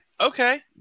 okay